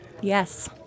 yes